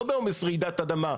לא בעומס רעידת אדמה.